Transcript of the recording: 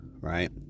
right